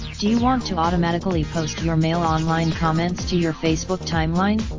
do you want to automatically post your mailonline comments to your facebook timeline?